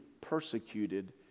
persecuted